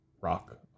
rock